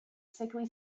sickly